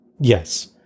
Yes